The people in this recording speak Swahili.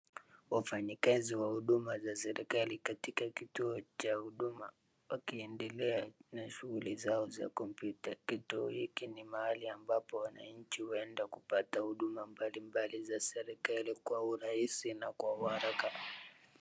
Wafanyikazi wa huduma za serikali katika kituo cha huduma wakiendelea na shughuli zao za computer , kituo hiki ni mahali ambapo wananchi huenda na kupata huduma mbali mbali za serikali kwa urahisi na kwa haraka .